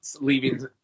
leaving